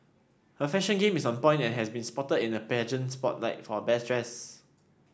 her fashion game is on point and has been spotted in the pageant spotlight for best dressed